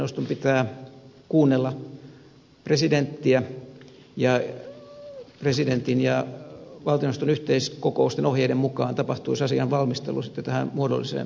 valtioneuvoston pitää kuunnella presidenttiä ja presidentin ja valtioneuvoston yhteiskokousten ohjeiden mukaan tapahtuisi asian valmistelu sitten tähän muodolliseen prosessiin valtioneuvoston käsittelyyn